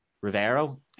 rivero